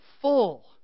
full